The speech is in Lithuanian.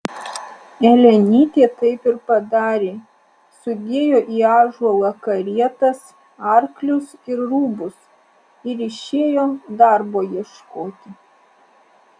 elenytė taip ir padarė sudėjo į ąžuolą karietas arklius ir rūbus ir išėjo darbo ieškoti